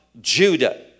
Judah